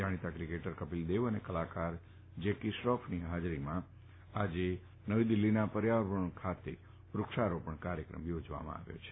જાણીતા ક્રિકેટર કપિલદેવ અને કલાકાર જેકી શ્રોફની હાજરીમાં આજે નવી દિલ્ફીના પર્યાવરણ ભવન ખાતે વૃક્ષારોપણ કાર્યક્રમ યોજવામાં આવ્યો છે